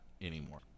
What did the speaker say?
anymore